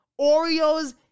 Oreos